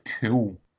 cool